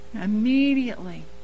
Immediately